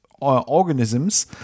organisms